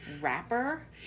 Rapper